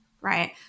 right